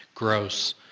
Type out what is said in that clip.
Gross